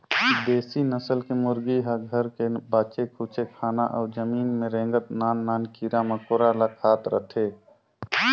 देसी नसल के मुरगी ह घर के बाचे खुचे खाना अउ जमीन में रेंगत नान नान कीरा मकोरा ल खात रहथे